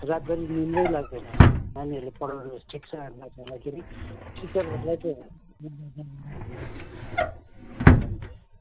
रातभरि निन्द्रै लाग्दैन नानीहरूले पढाउनु स्ट्रिक छ हामीलाई खेरि टिचरहरूलाई त